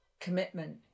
commitment